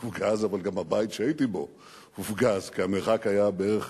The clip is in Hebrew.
אבל גם הבית שהייתי בו הופגז, כי המרחק היה בערך,